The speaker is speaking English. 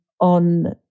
on